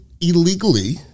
illegally